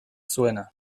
zuena